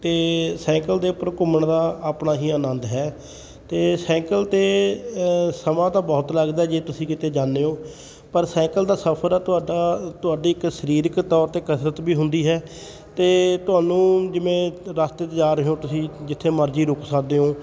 ਅਤੇ ਸਾਈਕਲ ਦੇ ਉੱਪਰ ਘੁੰਮਣ ਦਾ ਆਪਣਾ ਹੀ ਆਨੰਦ ਹੈ ਅਤੇ ਸਾਈਕਲ 'ਤੇ ਸਮਾਂ ਤਾਂ ਬਹੁਤ ਲੱਗਦਾ ਜੇ ਤੁਸੀਂ ਕਿਤੇ ਜਾਂਦੇ ਹੋ ਪਰ ਸਾਈਕਲ ਦਾ ਸਫਰ ਆ ਤੁਹਾਡਾ ਤੁਹਾਡੀ ਇੱਕ ਸਰੀਰਕ ਤੌਰ 'ਤੇ ਕਸਰਤ ਵੀ ਹੁੰਦੀ ਹੈ ਅਤੇ ਤੁਹਾਨੂੰ ਜਿਵੇਂ ਰਸਤੇ 'ਚ ਜਾ ਰਹੇ ਹੋ ਤੁਸੀਂ ਜਿੱਥੇ ਮਰਜ਼ੀ ਰੁਕ ਸਕਦੇ ਹੋ